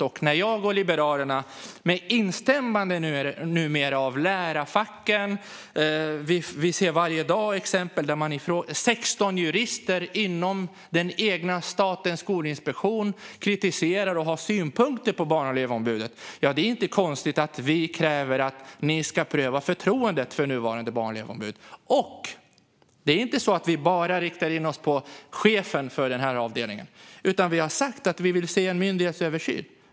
När nu jag och Liberalerna får instämmande från lärarfacken och 16 jurister inom statens egen skolinspektion i kritiken mot barn och elevombudet är det inte konstigt att vi kräver att ni ska pröva förtroendet för nuvarande barn och elevombud. Det är inte heller så att vi bara riktar in oss på chefen för denna avdelning. Vi har sagt att vi vill se en myndighetsöversyn.